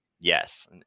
yes